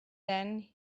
then